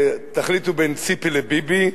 תחליטו בין ציפי לביבי,